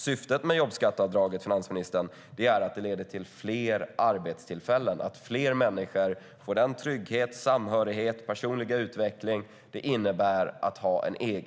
Syftet med jobbskatteavdraget, finansministern, är att det leder till fler arbetstillfällen och till att fler människor får den trygghet, samhörighet och personliga utveckling det innebär att ha en anställning.